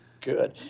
Good